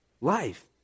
life